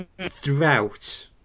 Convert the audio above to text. throughout